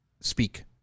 speak